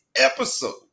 episode